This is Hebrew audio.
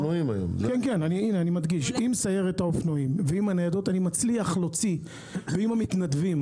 עם הניידות ועם המתנדבים,